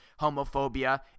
homophobia